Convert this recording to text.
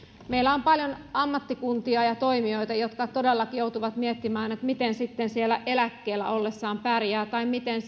meillä on paljon ammattikuntia ja toimijoita jotka todellakin joutuvat miettimään miten sitten eläkkeellä ollessaan pärjää tai miten